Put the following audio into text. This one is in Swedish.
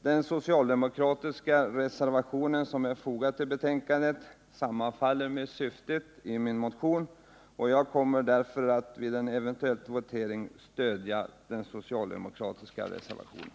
Den socialdemokratiska reservation som är fogad vid betänkandet sammanfaller emellertid med syftet i min motion, och jag kommer därför att vid en eventuell votering stödja denna reservation.